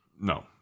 No